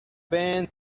bent